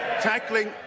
Tackling